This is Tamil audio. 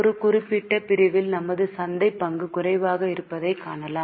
ஒரு குறிப்பிட்ட பிரிவில் நமது சந்தைப் பங்கு குறைவாக இருப்பதைக் காணலாம்